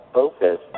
focus